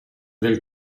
del